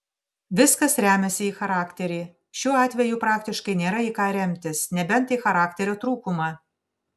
viskas remiasi į charakterį šiuo atveju praktiškai nėra į ką remtis nebent į charakterio trūkumą